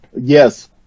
Yes